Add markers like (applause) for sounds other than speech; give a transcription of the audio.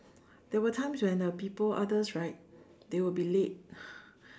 there were times when uh people others right they will be late (breath)